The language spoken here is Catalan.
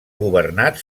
governat